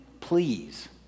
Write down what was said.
Please